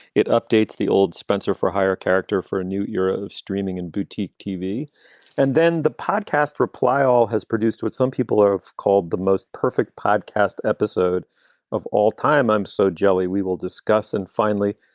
it updates the old spenser for hire character for a new year of streaming and boutique tv and then the podcast reply all has produced what some people are called the most perfect podcast episode of all time. i'm so jelly. we will discuss. and finally,